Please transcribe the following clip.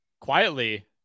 quietly